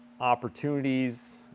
opportunities